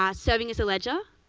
um serving as a ledger,